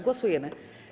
Głosujemy.